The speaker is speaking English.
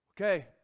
Okay